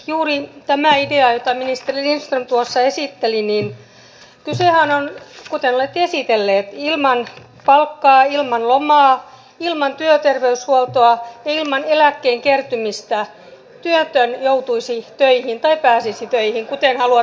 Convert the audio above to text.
juuri tässä ideassa jota ministeri lindström tuossa esitteli kysehän on siitä kuten olette esitelleet että ilman palkkaa ilman lomaa ilman työterveyshuoltoa ja ilman eläkkeen kertymistä työtön joutuisi töihin tai pääsisi töihin kuten haluatte sen ilmaista